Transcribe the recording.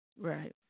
Right